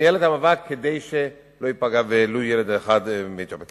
הוא ניהל את המאבק כדי שלא ייפגע ולו ילד אחד מיוצאי אתיופיה.